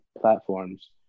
platforms